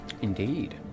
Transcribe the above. Indeed